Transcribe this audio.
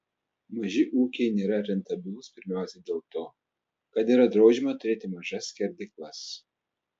maži ūkiai nėra rentabilūs pirmiausia dėl to kad yra draudžiama turėti mažas skerdyklas